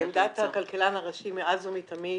עמדת הכלכלן הראשי מאז ומתמיד